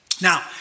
Now